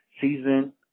season